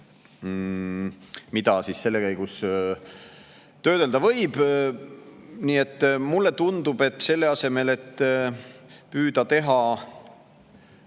mida selle käigus töödelda võib. Mulle tundub, et selle asemel, et püüda teha